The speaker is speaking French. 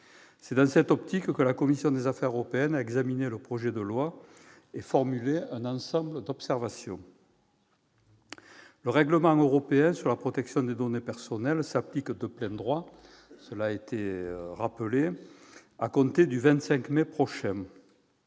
C'est dans cette optique que la commission des affaires européennes a examiné le présent projet de loi et formulé un ensemble d'observations. Le règlement européen sur la protection des données personnelles s'appliquera de plein droit à compter du 25 mai prochain.